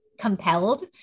compelled